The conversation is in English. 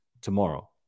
tomorrow